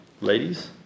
Ladies